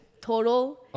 total